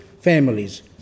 families